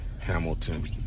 Hamilton